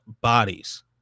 bodies